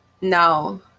No